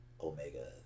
Omega